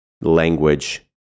language